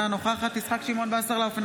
אינה נוכחת יצחק שמעון וסרלאוף,